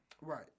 Right